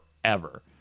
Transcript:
forever